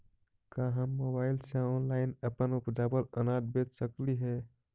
का हम मोबाईल से ऑनलाइन अपन उपजावल अनाज बेच सकली हे?